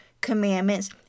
commandments